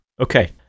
Okay